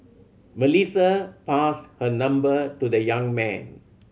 Melissa passed her number to the young man